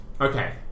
Okay